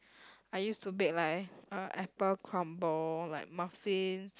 I used to bake like uh apple crumble like muffins